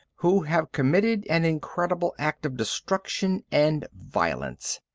who have committed an incredible act of destruction and violence.